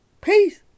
Peace